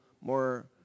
more